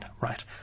Right